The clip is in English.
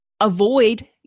avoid